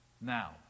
Now